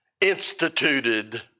instituted